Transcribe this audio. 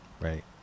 right